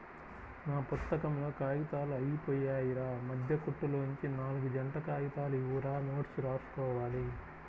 నా పుత్తకంలో కాగితాలు అయ్యిపొయ్యాయిరా, మద్దె కుట్టులోనుంచి నాల్గు జంట కాగితాలు ఇవ్వురా నోట్సు రాసుకోవాలి